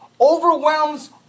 overwhelms